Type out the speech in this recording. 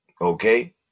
Okay